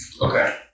Okay